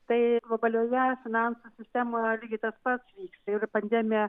tai globalioje finansų sistemoje lygiai tas pat vyksta ir pandemija